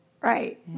right